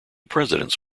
presidents